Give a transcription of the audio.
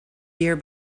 year